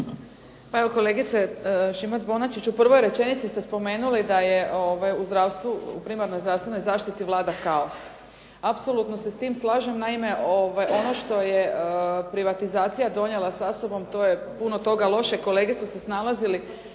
Pa evo kolegice Šimac Bonačić u prvoj rečenici ste spomenuli da je u zdravstvu, u primarnoj zdravstvenoj zaštiti vlada kao. Apsolutno se s tim slažem. Naime, ono što je privatizacija donijela sa sobom to je puno toga loše. Kolege su se snalazili